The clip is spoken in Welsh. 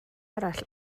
arall